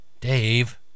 Dave